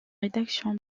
rédaction